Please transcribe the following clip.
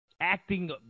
acting